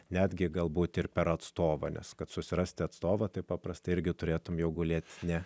netgi galbūt ir per atstovą nes kad susirasti atstovą taip paprastai irgi turėtumei jo gulėti ne